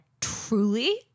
truly